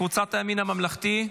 קבוצת הימין הממלכתי,